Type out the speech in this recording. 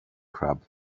crab